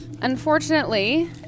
Unfortunately